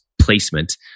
placement